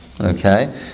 okay